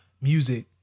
music